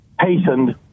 hastened